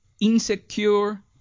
insecure